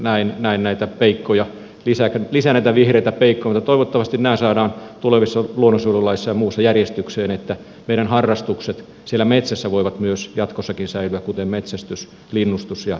näin näitä vihreitä peikkoja tulee lisää mutta toivottavasti nämä saadaan tulevassa luonnonsuojelulaissa ja muussa järjestykseen että siellä metsässä voivat jatkossakin säilyä meidän harrastukset kuten metsästys linnustus ja marjastus ja näin poispäin